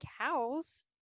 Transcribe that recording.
cows